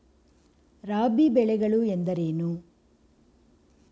ರಾಬಿ ಬೆಳೆಗಳು ಎಂದರೇನು?